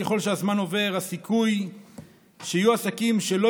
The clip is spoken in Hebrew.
ככל שהזמן עובר הסיכוי שיהיו עסקים שלא